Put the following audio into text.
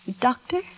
Doctor